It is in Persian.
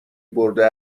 برده